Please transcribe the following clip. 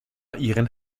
ihren